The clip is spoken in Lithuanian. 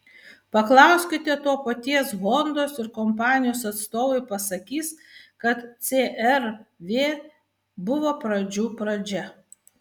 paklauskite to paties hondos ir kompanijos atstovai pasakys kad cr v buvo pradžių pradžia